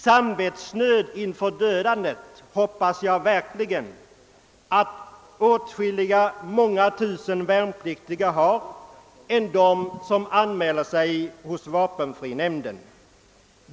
Samvetsnöd inför dödandet hoppas jag verkligen finns hos åtskilliga tusental värnpliktiga utöver dem som anmäler sig hos vapenfrinämnden.